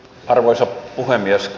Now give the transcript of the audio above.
arvoisa puhemies